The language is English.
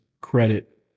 credit